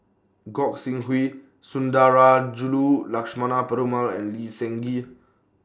Gog Sing Hooi Sundarajulu Lakshmana Perumal and Lee Seng Gee